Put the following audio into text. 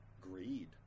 greed